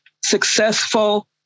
successful